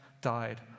died